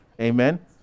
Amen